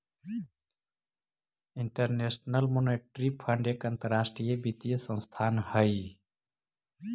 international monetary fund एक अंतरराष्ट्रीय वित्तीय संस्थान हई